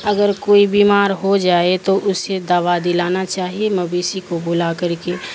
اگر کوئی بیمار ہو جائے تو اس سے دوا دلانا چاہیے مویسیی کو بلا کر کے